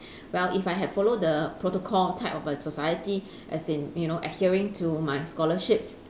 well if I have follow the protocol type of society as in you know adhering to my scholarships